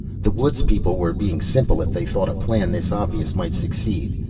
the woods people were being simple if they thought a plan this obvious might succeed.